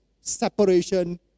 separation